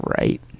right